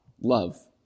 love